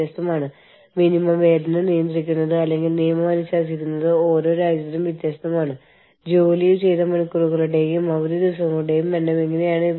അന്താരാഷ്ട്ര തൊഴിൽ ബന്ധങ്ങൾ നിയന്ത്രിക്കുന്ന വിവിധ ഓർഗനൈസേഷനുകൾ വിവിധ അസോസിയേഷനുകൾ എന്നിവക്ക് ഒരു അന്തർദേശീയ തലത്തിൽ യൂണിയൻ ചെയ്യാവുന്നതാണ്